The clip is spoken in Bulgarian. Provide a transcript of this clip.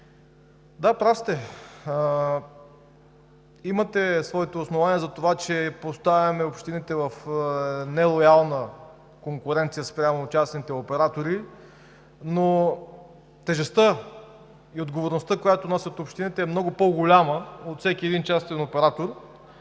да, прав сте – имате своето основание за това, че поставяме общините в нелоялна конкуренция спрямо частните оператори, но тежестта и отговорността, която носят общините, е много по-голяма от всеки един частен оператор.